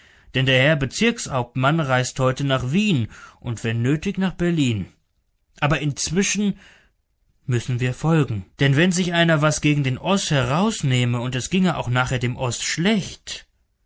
denn der herr bezirkshauptmann reist heute nach wien und wenn nötig nach berlin aber inzwischen müssen wir folgen denn wenn sich einer was gegen den oß herausnähme und es ginge auch nachher dem oß schlecht